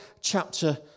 chapter